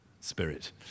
spirit